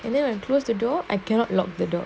and then when towards the door I cannot lock the door